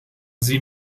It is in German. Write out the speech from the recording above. sie